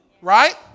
right